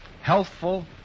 Healthful